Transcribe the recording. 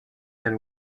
der